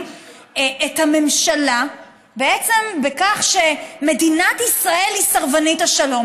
את הממשלה בכך שמדינת ישראל היא סרבנית השלום.